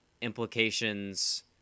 implications